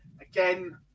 again